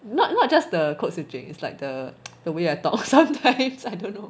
not not just the code switching is like the the way I talk sometimes I don't know